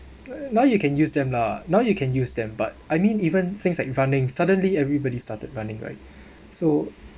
now you can use them lah now you can use them but I mean even things like running suddenly everybody started running right so